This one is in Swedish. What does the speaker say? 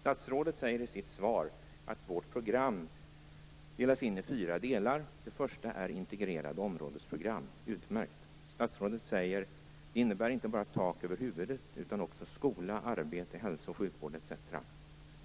Statsrådet säger i sitt svar att det svenska programmet delas in i fyra delar. Den första är integrerade områdesprogram. Det är utmärkt. Statsrådet säger att det inte bara innebär tak över huvudet utan också skola, arbete, hälso och sjukvård, etc. Det